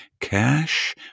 Cash